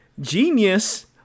Genius